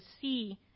see